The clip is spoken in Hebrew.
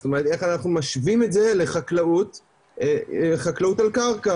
זאת אומרת איך אנחנו משווים את זה לחקלאות על קרקע.